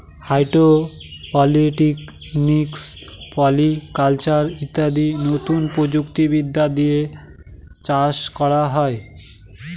hydroponics, polyculture ইত্যাদি নতুন প্রযুক্তি বিদ্যা দিয়ে চাষ করা হয়